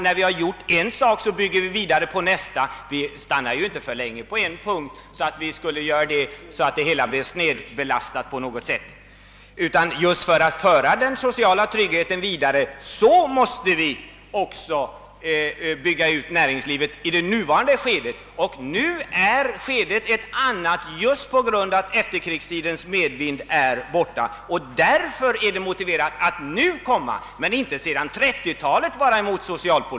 När vi genomfört en sak, går vi vidare till nästa. Just för att föra den sociala tryggheten vidare måste vi i nuvarande skede bygga ut näringslivet. Och nu är läget ett annat, just därför att efterkrigstidens medvind nu är borta. Därför är det motiverat att nu gå ett steg vidare.